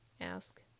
ask